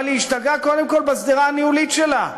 אבל היא השתגעה קודם כול בשדרה הניהולית שלה,